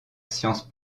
science